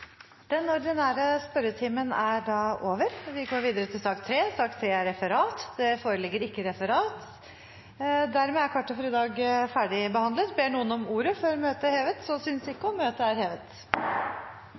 Sak nr. 2 er ferdigbehandlet. Det foreligger ikke noe referat. Dermed er dagens kart ferdigbehandlet. Ber noen om ordet før møtet heves? – Så synes ikke,